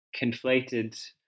conflated